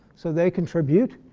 so they contribute.